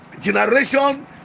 generation